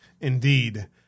Indeed